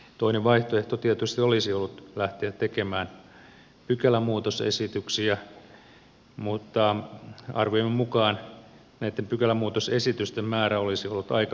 toinen vaihtoehto tietysti olisi ollut lähteä tekemään pykälämuutosesityksiä mutta arviomme mukaan näitten pykälämuutosesitysten määrä olisi ollut aika huomattava